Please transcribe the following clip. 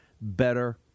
better